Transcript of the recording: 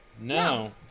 No